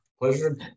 Pleasure